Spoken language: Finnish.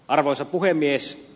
arvoisa puhemies